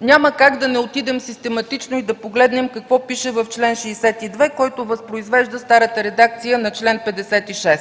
Няма как да не отидем систематично и да погледнем какво пише в чл. 62, който възпроизвежда старата редакция на чл. 56.